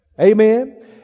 Amen